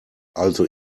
also